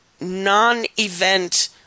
non-event